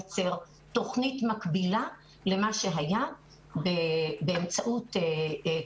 למרות שמבחינתו זו כמובן פגיעה קשה מאוד בפרנסה ופגיעה